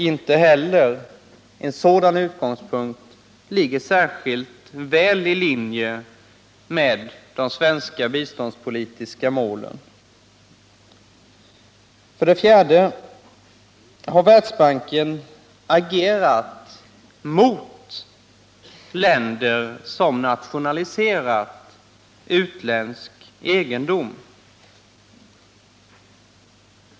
Inte heller en sådan utgångspunkt ligger särskilt väl i linje med de svenska biståndspolitiska målen. För det fjärde har Världsbanken agerat emot länder som nationaliserat utländsk egendom.